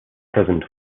present